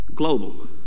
Global